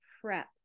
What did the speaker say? prep